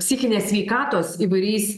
psichinės sveikatos įvairiais